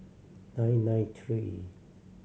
nine nine three